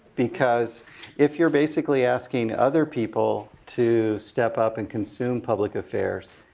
because if you're basically asking other people to step up and consume public affairs,